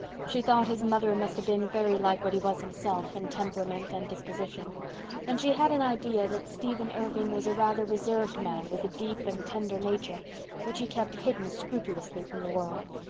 she thought his mother must have been very like what he was himself, in temperament and disposition and she had an idea that stephen irving was a rather reserved man with a deep and tender nature which he kept hidden scrupulously from the world.